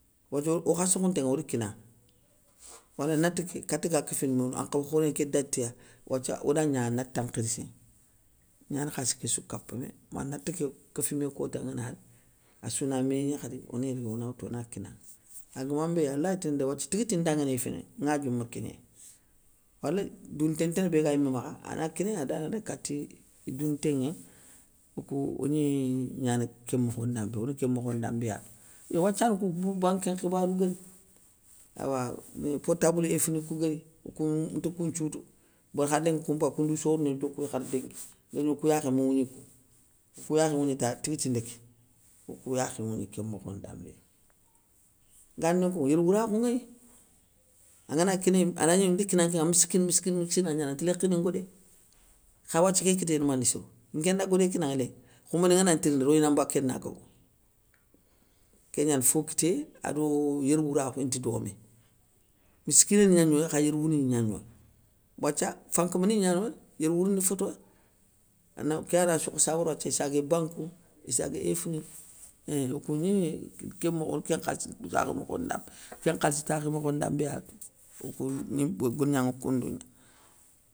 Wathio okha soukhounté ŋa or kinanŋa, waleu nate ké kati ga kéfini no ankhaw khoréné ké datiya, wathia oda gna nata nkhirssénŋa, gnani khalissi késsou kapamé, ma nata ké kéfimé kota ngana ri, assouna mégni khadi, oni ri ona woutou ona woutou ona kinanŋa, ague guéman mbéya, alaytini da wathia tiguitindanŋanéy finay, nŋadiou ma kignéy, waleu doun nté ntana béga yimé makha ana kinéy adana daga kati idountéŋé, okou ogni gnana kén mokhondambéya, one kén mokho ndambé ya tou. Yo wathia nkounŋa, kou banké nkhibarou bé, awa ni portablou éf ni kou gari, kou nta koun nthiou tou, béri khar lénki koumpay kounthiou sorouni nto kouya khar lénki, woyli okou yakhé ma wougni kou. Okou yakhé ŋougni ta tiguitinda ké, okou yakhé ŋougni kén mokhondambé ya. Gani nkounŋa yérwourakhou ŋéy, angana kininŋe anagni nda kinankénŋa misskine misskine misskina gnanaŋa ante lakhini ngodé, kha wathie ké kitéyé ni mané sirono, nkén nda godé kinanŋa lénki, khoumbéné ngana ntirindi royinan mbaké na gobo. Kégnani fo kitéyé, ado yérwourakhou inte domé. Misskinani gnagnoya kha yérwourouni gnagnoya. Wathia, fankama ni gnanoye, yérwourouni fétoya, anamougou kéyani assou khossa wara wathia issagué bankounŋa, issagué éff ni kou einnn okou gni kén mokho kén nkhalissi takhoumokho ndambé, kén nkhalissi takhi mokho ndambé ya tou, okou gni go golgnanŋa koundou gna.